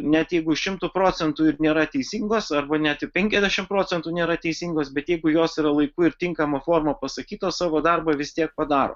net jeigu šimtu procentų ir nėra teisingos arba net ir penkiasdešim procentų nėra teisingos bet jeigu jos yra laiku ir tinkama forma pasakytos savo darbą vis tiek padaro